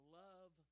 love